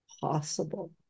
possible